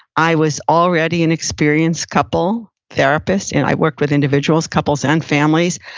i was already an experienced couple therapist, and i worked with individuals, couples and families.